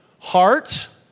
heart